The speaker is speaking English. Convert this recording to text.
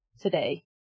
today